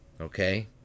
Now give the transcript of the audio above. Okay